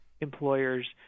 employers